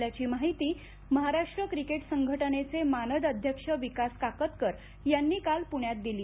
अशी माहिती महाराष्ट्र क्रिकेट संघटनेचे मानद अध्यक्ष विकास काकतकर यांनी काल पृष्यात दिली